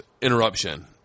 interruption